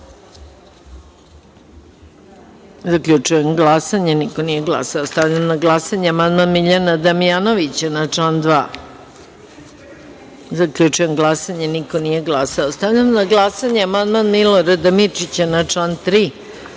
1.Zaključujem glasanje: niko nije glasao. Stavljam na glasanje amandman Miljana Damjanovića na član 2.Zaključujem glasanje: niko nije glasao. Stavljam na glasanje amandman Milorada Mirčića na član